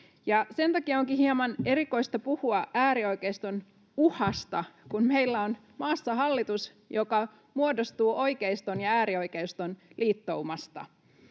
Sen takia onkin hieman erikoista puhua äärioikeiston uhasta, kun meillä on maassa hallitus, joka muodostuu oikeiston ja äärioikeiston liittoumasta.